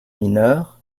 mineurs